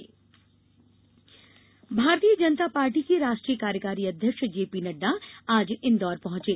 भाजपा अध्यक्ष भारतीय जनता पार्टी के राष्ट्रीय कार्यकारी अध्यक्ष जेपी नड्डा आज इंदौर पहुंचे